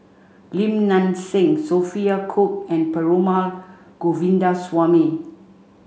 Lim Nang Seng Sophia Cooke and Perumal Govindaswamy